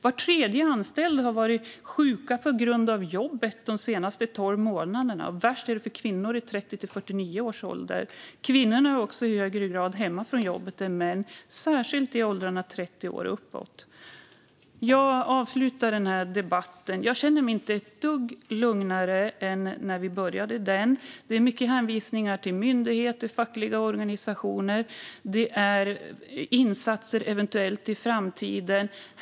Var tredje anställd har varit sjuk på grund av jobbet de senaste tolv månaderna, och värst är det för kvinnor i 30-49 års ålder. Kvinnorna är också i högre grad än männen hemma från jobbet, särskilt i åldrarna 30 år och uppåt. Jag avslutar debatten med att inte känna mig ett dugg lugnare än när vi började den. Det är mycket hänvisningar till myndigheter och fackliga organisationer. Det är tal om eventuella insatser i framtiden.